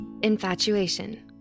infatuation